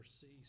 cease